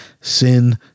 Sin